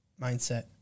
mindset